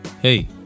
Hey